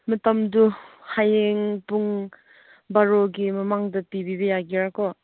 ꯃꯇꯝꯗꯨ ꯍꯌꯦꯡ ꯄꯨꯡ ꯕꯥꯔꯣꯒꯤ ꯃꯃꯥꯡꯗ ꯄꯤꯕꯤꯕ ꯌꯥꯒꯦꯔꯥꯀꯣ